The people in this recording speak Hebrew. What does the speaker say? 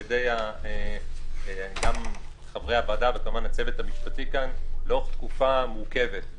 על ידי חברי הוועדה וכמובן הצוות המשפטי כאן לאורך תקופה מורכבת.